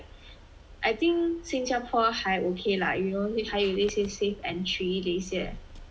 I think 新加坡还 okay lah you know 还有那些 safe entry 的一些